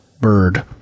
bird